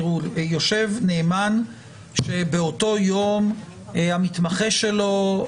יושב נאמן שבאותו יום המתמחה שלו,